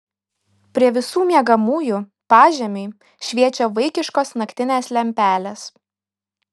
prie visų miegamųjų pažemiui šviečia vaikiškos naktinės lempelės